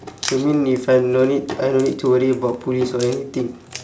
you mean if I no need I don't need to worry about police or anything